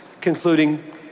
concluding